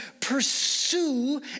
pursue